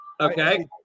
Okay